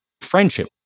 friendship